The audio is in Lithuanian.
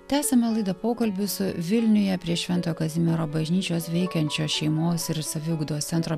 tęsiame laidą pokalbiu su vilniuje prie švento kazimiero bažnyčios veikiančios šeimos ir saviugdos centro